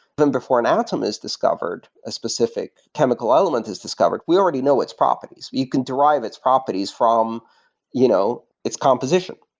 before an atom is discovered, a specific chemical element is discovered, we already know it's properties. you can derive its properties from you know its composition,